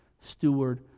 steward